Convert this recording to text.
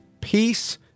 peace